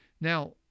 Now